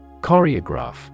Choreograph